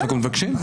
אנחנו מבקשים.